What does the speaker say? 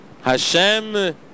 Hashem